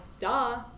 duh